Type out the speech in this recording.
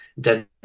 dead